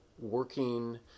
Working